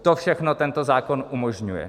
To všechno tento zákon umožňuje.